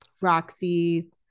Roxy's